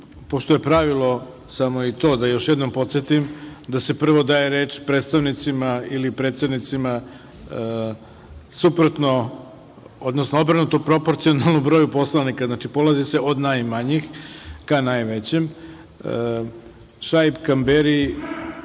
reč? Pošto je pravilo, samo i to da još jednom podsetim, da se prvo daje reč predstavnicima ili predsednicima suprotno, odnosno obrnuto proporcijalno broju poslanika, znači, polazi se od najmanjih ka najvećem, Šaip Kamberi,